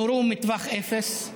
נורו מטווח אפס.